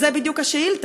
על זה בדיוק השאילתה.